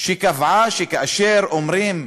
קבעה שכאשר אומרים,